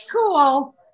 cool